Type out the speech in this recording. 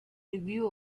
review